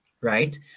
right